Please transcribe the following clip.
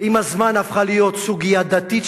עם הזמן הפך להיות סוגיה דתית,